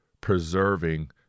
preserving